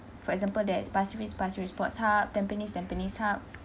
for example there's pasir ris pasir ris sports hub tampines tampines hub